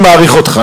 אני מעריך אותך,